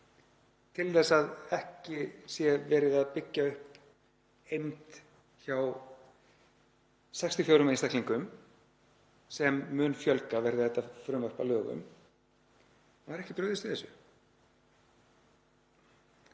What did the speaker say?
til þess að ekki sé verið að byggja upp eymd hjá 64 einstaklingum, sem mun fjölga verði þetta frumvarp að lögum. Það var ekki brugðist við þessu.